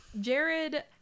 Jared